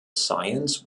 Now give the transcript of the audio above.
science